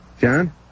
John